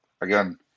again